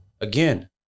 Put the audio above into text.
again